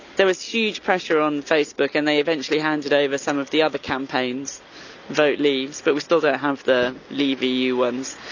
there was huge pressure on facebook and they eventually handed over some of the other campaigns vote leaves, but we still don't have the leave eu ones.